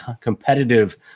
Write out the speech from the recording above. competitive